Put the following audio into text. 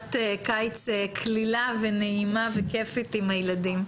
חופשת קיץ קלילה, נעימה וכיפית עם הילדים.